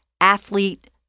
athlete